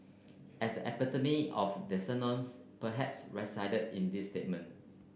as the epitome of the dissonance perhaps resided in this statement